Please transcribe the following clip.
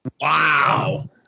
Wow